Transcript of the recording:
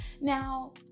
now